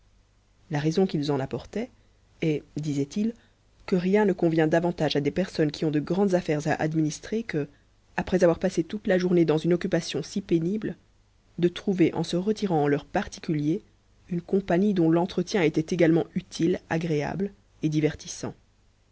la raison qu'ils en apportaient est disaient-ils que rien ne convient davantage à des personnes qui ont de grandes affaires à administrer que après avoir passé toute la journée dans une occupation si pénible de trouver en se retirant en leur particulier une compagnie dont l'entretien était également utile agréable et divertissant